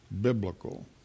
biblical